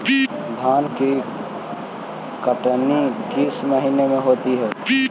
धान की कटनी किस महीने में होती है?